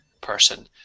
person